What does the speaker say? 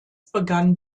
begann